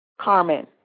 Carmen